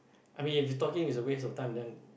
I mean if talking is a waste of time then